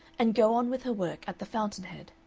and go on with her work at the fountain-head.